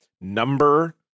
number